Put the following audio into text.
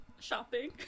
shopping